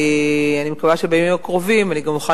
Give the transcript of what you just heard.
אני מקווה שבימים הקרובים אני גם אוכל